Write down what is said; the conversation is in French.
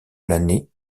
l’année